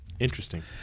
Interesting